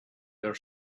their